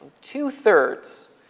Two-thirds